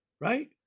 right